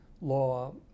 law